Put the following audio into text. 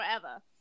forever